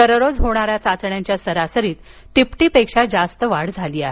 दररोज होणाऱ्या चाचण्यांच्या सरासरीत तिपटीपेक्षा जास्त वाढ झाली आहे